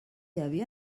havia